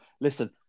listen